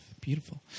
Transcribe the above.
Beautiful